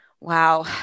Wow